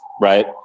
right